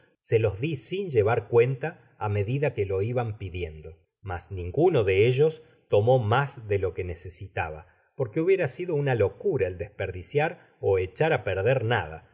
se lo di sin llevar cuenta á medida que lo iban pidiendo mas ninguno de ellos tomó mas de lo que necesitaba porque hubiera sido una locura el desperdiciar ó echar á perder nada